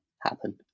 happen